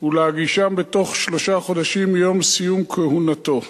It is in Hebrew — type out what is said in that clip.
ולהגישם בתוך שלושה חודשים מיום סיום כהונתו.